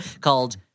called